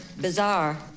bizarre